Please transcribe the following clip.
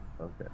Okay